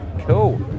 cool